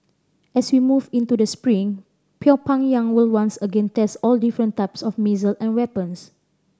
as we move into the spring Pyongyang will once again test all different types of missile and weapons